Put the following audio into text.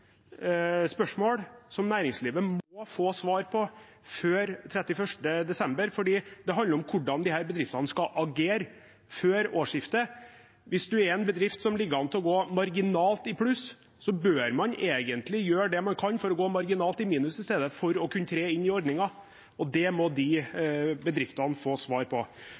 spørsmål som næringslivet må få svar på før 31. desember, for det handler om hvordan disse bedriftene skal agere før årsskiftet. Hvis man er en bedrift som ligger an til å gå marginalt i pluss, bør man egentlig gjøre det man kan for å gå marginalt i minus i stedet, for å kunne tre inn i ordningen. Det må de bedriftene få svar på.